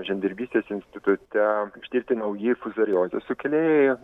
žemdirbystės institute ištirti nauji fuzariozių sukėlėjai